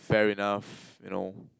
fair enough you know